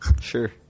Sure